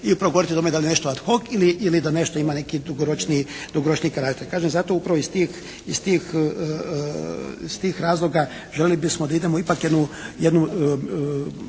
i upravo govoriti o tome da li je nešto ad hoc ili da nešto ima neki dugoročniji karakter. Kažem zato upravo iz tih, iz tih razloga željeli bismo da idemo ipak jednu,